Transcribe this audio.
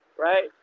right